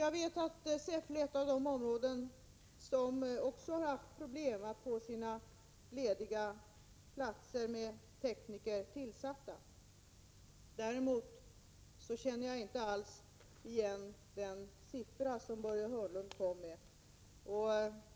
Jag vet, Börje Hörnlund, att Säffle är ett av de områden som har haft problem att få de lediga platserna för tekniker tillsatta. Däremot känner jag inte alls igen den siffra som Börje Hörnlund kom med.